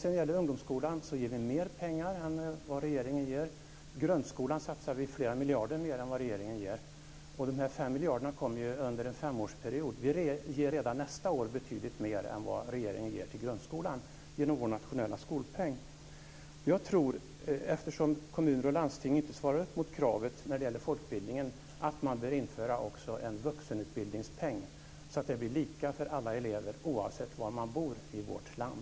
Till ungdomsskolan ger vi mer pengar än vad regeringen ger. Till grundskolan satsar vi flera miljarder mer än vad regeringen gör. De 5 miljarderna utbetalas under en femårsperiod. Vi ger redan nästa år genom vår nationella skolpeng betydligt mer än vad regeringen ger till grundskolan. Eftersom kommuner och landsting inte svarar mot kravet när det gäller folkbildningen menar jag att man bör införa också en vuxenutbildningspeng, så att det blir lika för alla elever oavsett var man bor i vårt land.